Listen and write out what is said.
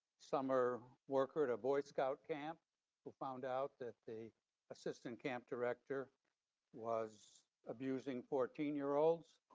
summer worker at a boy scout camp who found out that the assistant camp director was abusing fourteen year olds.